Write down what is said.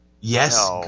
Yes